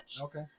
Okay